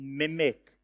mimic